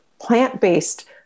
plant-based